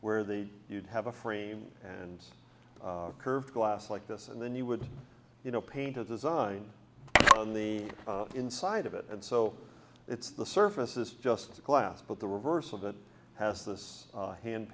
where the you'd have a frame and curved glass like this and then you would you know paint a design on the inside of it and so it's the surface is just a glass but the reverse of it has this hand